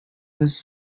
his